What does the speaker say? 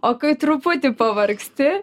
o kai truputį pavargsti